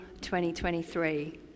2023